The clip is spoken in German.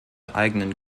eigenen